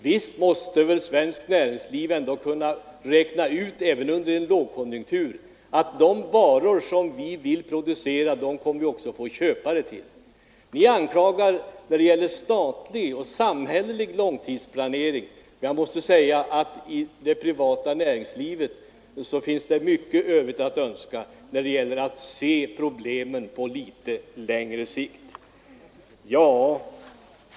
Visst borde väl svenskt näringsliv kunna räkna ut även under en lågkonjunktur att de varor som man vill producera kommer det också att finnas köpare till. Ni kritiserar den statliga och samhälleliga långtidsplaneringen, men jag måste säga att i det privata näringslivet finns det mycket övrigt att önska när det gäller att se problemen på litet längre sikt.